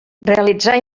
realitzar